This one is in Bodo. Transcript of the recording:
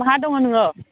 बहा दङ नोङो